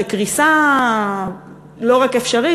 שקריסה לא רק אפשרית,